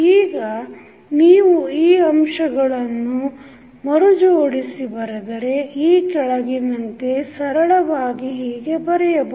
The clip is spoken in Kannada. ಈಗ ನೀವು ಈ ಅಂಶಗಳನ್ನು ಮರುಜೋಡಿಸಿ ಬರೆದರೆ ಈ ಕೆಳಗಿನಂತೆ ಸರಳವಾಗಿ ಹೀಗೆ ಬರೆಯಬಹುದು